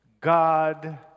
God